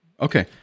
Okay